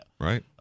Right